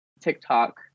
TikTok